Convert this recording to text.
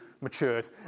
matured